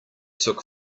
took